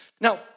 Now